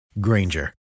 Granger